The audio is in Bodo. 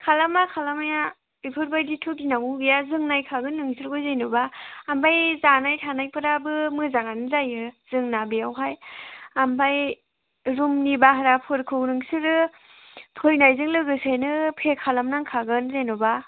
खालामा खालामनाया बेफोरबायदिथ' गिनांगौ गैया जों नायखागोन नोंसोरखौ जेनेबा ओमफ्राय जानाय थानायफोराबो मोजाङानो जायो जोंना बेयावहाय ओमफ्राय रुमनि बाहेराफोरखौ नोंसोरो फैनायजों लोगोसेनो पे खालामनो नांगाखागोन जेनेबा